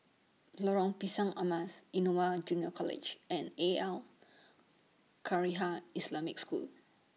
Lorong Pisang Emas Innova Junior College and Al Khairiah Islamic School